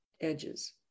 edges